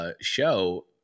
show